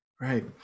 Right